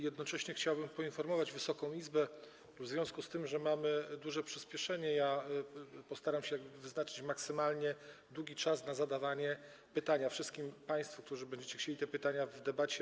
Jednocześnie chciałbym poinformować Wysoką Izbę, że w związku z tym, że mamy duże przyspieszenie, postaram się wyznaczyć maksymalnie długi czas na zadawanie pytań wszystkim państwu, którzy będziecie chcieli te pytania zadać w debacie.